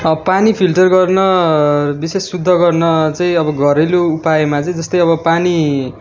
पानी फिल्टर गर्न विशेष शुद्ध गर्न चाहिँ अब घरेलु उपायमा चाहिँ जस्तै अब पानी